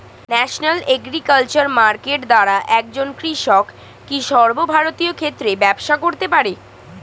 National agriculture market দ্বারা একজন কৃষক কি সর্বভারতীয় ক্ষেত্রে ব্যবসা করতে পারে?